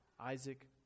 Isaac